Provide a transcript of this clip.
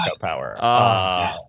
power